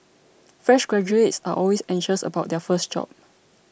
fresh graduates are always anxious about their first job